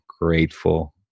grateful